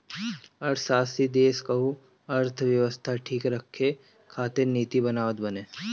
अर्थशास्त्री देस कअ अर्थव्यवस्था ठीक रखे खातिर नीति बनावत बाने